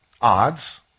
odds